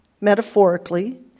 metaphorically